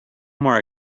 more